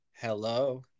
Hello